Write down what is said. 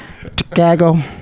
Chicago